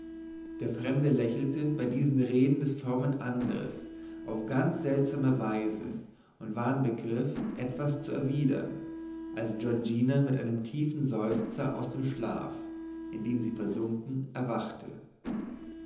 der fremde lächelte bei diesen reden des frommen andres auf ganz seltsame weise und war im begriff etwas zu erwidern als giorgina mit einem tiefen seufzer aus dem schlaf in den sie versunken erwachte